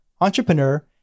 entrepreneur